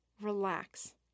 relax